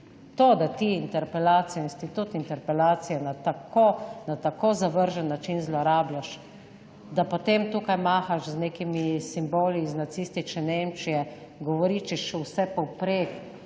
To, da te interpelacije, institut interpelacije na tako, na tako zavržen način zlorabljaš, da potem tukaj mahaš z nekimi simboli iz nacistične Nemčije, govoriš vse povprek,